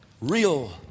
real